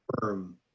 firm